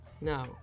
No